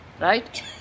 right